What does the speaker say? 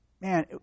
Man